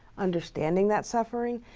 understanding that suffering,